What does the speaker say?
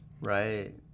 right